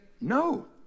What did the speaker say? no